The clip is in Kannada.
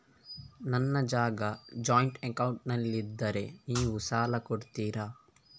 ನನ್ನ ಜಾಗ ಜಾಯಿಂಟ್ ಅಕೌಂಟ್ನಲ್ಲಿದ್ದರೆ ನೀವು ಸಾಲ ಕೊಡ್ತೀರಾ?